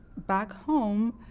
back home,